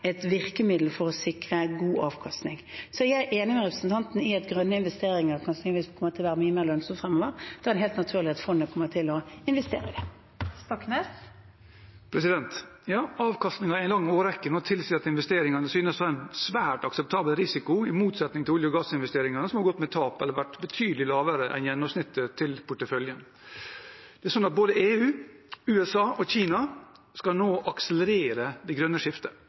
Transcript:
et virkemiddel for å sikre god avkastning. Så jeg er enig med representanten Stoknes i at grønne investeringer kan synes å være mye mer lønnsomt fremover. Da er det helt naturlig at fondet kommer til å investere i det. Avkastningen i en lang årrekke nå tilsier at investeringene synes å ha en svært akseptabel risiko, i motsetning til olje- og gassinvesteringene, som har gått med tap eller vært betydelig lavere enn gjennomsnittet til porteføljen. Både EU, USA og Kina skal nå akselerere det grønne skiftet,